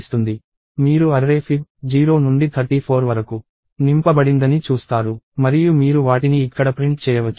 మీరు array fib 0 నుండి 34 వరకు నింపబడిందని చూస్తారు మరియు మీరు వాటిని ఇక్కడ ప్రింట్ చేయవచ్చు